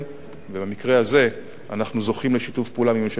ובמקרה הזה אנחנו זוכים לשיתוף פעולה מממשלת הונגריה,